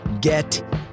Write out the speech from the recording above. get